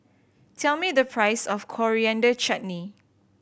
tell me the price of Coriander Chutney